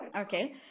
Okay